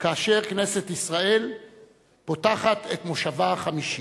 כאשר כנסת ישראל פותחת את מושבה החמישי.